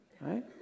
right